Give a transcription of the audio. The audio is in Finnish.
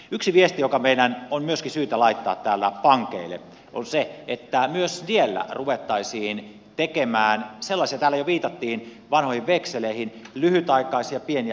yksi viesti joka meidän on myöskin syytä laittaa täällä pankeille on se että myös siellä ruvettaisiin tekemään sellaisiin täällä jo viitattiin vanhoihin vekseleihin lyhytaikaisia pieniä luottojärjestelyitä